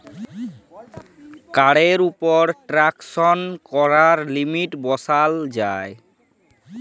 কাড়ের উপর টেরাল্সাকশন ক্যরার লিমিট বসাল যায়